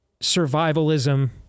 survivalism